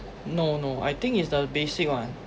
no no I think it's the basic one